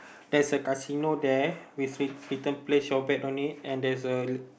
there's a casino there with written place your back on it and there's a